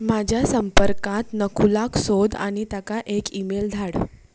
म्हाज्या संपर्कांत नकुलाक सोद आनी ताका एक ईमेल धाड